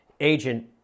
agent